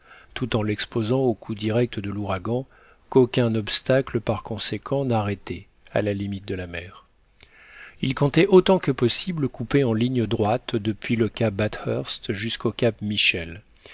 tout en l'exposant aux coups directs de l'ouragan qu'aucun obstacle par conséquent n'arrêtait à la limite de la mer il comptait autant que possible couper en ligne droite depuis le cap bathurst jusqu'au cap michel